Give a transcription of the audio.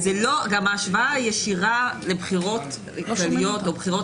גם ההשוואה הישירה לבחירות כלליות או בחירות